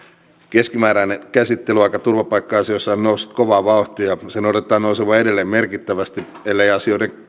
keskimääräinen käsittelyaika turvapaikka asioissa on noussut kovaa vauhtia ja sen odotetaan nousevan edelleen merkittävästi ellei asioiden